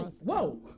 Whoa